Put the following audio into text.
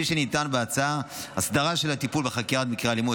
כפי שנטען בהצעה :הסדרה של הטיפול בחקירת מקרי אלימות